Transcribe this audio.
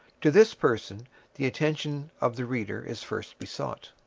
to this person the attention of the reader is first besought.